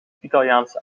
italiaanse